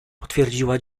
potwierdziła